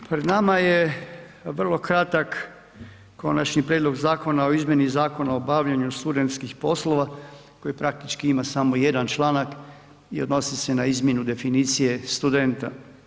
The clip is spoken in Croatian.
Pred nama je vrlo kratak Konačni prijedlog zakona o izmjeni Zakona o obavljanju studentskih poslova, koji praktički ima samo jedan članak i odnosi se na izmjenu definicije studenta.